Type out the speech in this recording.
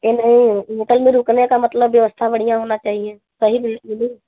यह नहीं होटल में रुकने का मतलब व्यवस्था बढ़िया होना चाहिए सही बिल्डिंग मिले